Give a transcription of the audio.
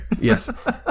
Yes